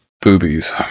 Boobies